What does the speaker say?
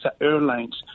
Airlines